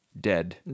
dead